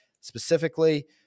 Specifically